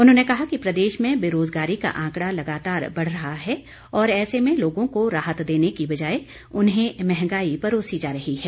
उन्होंने कहा कि प्रदेश में बेरोजगारी का आंकड़ा लगातार बढ़ रहा है और ऐसे में लोगों को राहत देने की बजाए उन्हें मंहगाई परोसी जा रही है